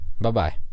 Bye-bye